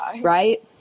right